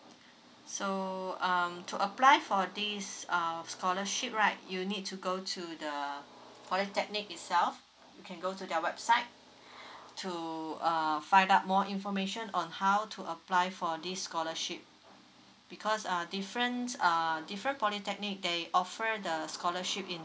so um to apply for this uh scholarship right you need to go to the polytechnic itself you can go to their website to err find out more information on how to apply for this scholarship because uh different err different polytechnic they offer the scholarship in